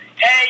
hey